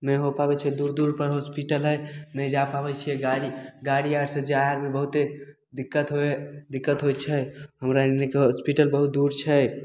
नहि हो पाबैत छै दूर दूर पर होस्पिटल हइ नहि जा पाबैत छियै गाड़ी गाड़ी आरसे जा आबेमे बहुते दिक्कत होइ हइ दिक्कत होइ छै हमरा एन्नेकऽ होस्पिटल बहुत दूर छै